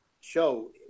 show